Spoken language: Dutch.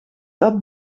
dat